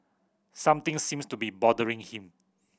something seems to be bothering him